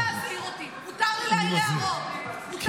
אתה לא צריך להזהיר אותי, מותר לי להעיר הערות.